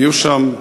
הם יהיו שם,